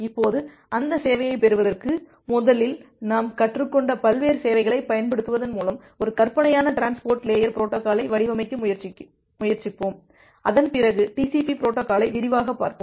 இப்போது அந்த சேவையைப் பெறுவதற்கு முதலில் நாம் கற்றுக்கொண்ட பல்வேறு சேவைகளைப் பயன்படுத்துவதன் மூலம் ஒரு கற்பனையான டிரான்ஸ்போர்ட் லேயர் பொரோட்டோகாலை வடிவமைக்க முயற்சிப்போம் அதன் பிறகு டிசிபி பொரோட்டோகாலை விரிவாகப் பார்ப்போம்